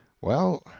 well,